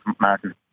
Martin